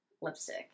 lipstick